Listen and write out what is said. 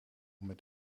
met